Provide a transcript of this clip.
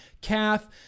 Kath